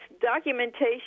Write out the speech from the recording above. documentation